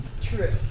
True